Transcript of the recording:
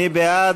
מי בעד?